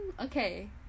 Okay